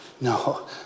No